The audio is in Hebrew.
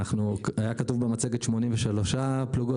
היה כתוב במצגת 83 פלוגות,